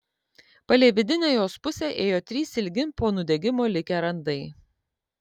palei vidinę jos pusę ėjo trys ilgi po nudegimo likę randai